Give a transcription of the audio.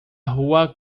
rua